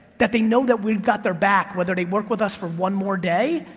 that they know that we've got their back whether they work with us for one more day.